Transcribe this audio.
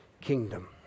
kingdom